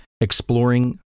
exploring